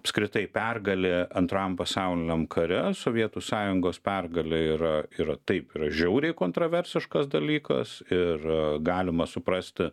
apskritai pergalė antrajam pasauliniam kare sovietų sąjungos pergalė yra yra taip yra žiauriai kontroversiškas dalykas ir galima suprasti